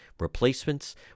replacements